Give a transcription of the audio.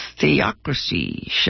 theocracy